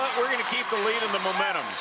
keep the lead and the momentum.